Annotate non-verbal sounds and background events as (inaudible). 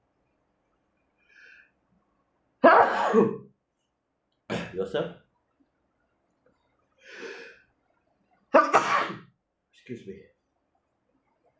(noise) excuse me